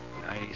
nice